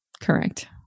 Correct